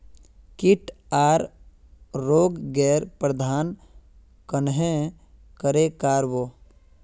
किट आर रोग गैर प्रबंधन कन्हे करे कर बो?